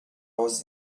was